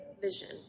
vision